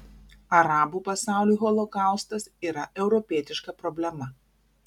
arabų pasauliui holokaustas yra europietiška problema